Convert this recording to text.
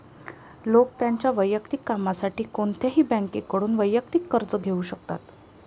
लोक त्यांच्या वैयक्तिक कामासाठी कोणत्याही बँकेकडून वैयक्तिक कर्ज घेऊ शकतात